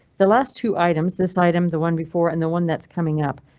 the last two items this item, the one before and the one that's coming up,